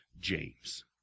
James